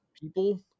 People